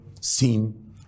seen